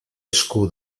esku